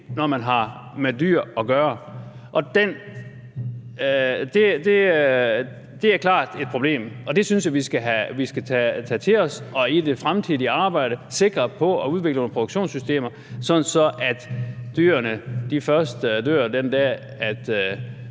når man har med dyr at gøre. Det er klart et problem, og det synes jeg vi skal tage til os, og vi skal i det fremtidige arbejde være sikre på at udvikle nogle produktionssystemer, sådan at dyrene først dør den dag,